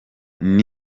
mbere